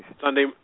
Sunday